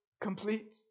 complete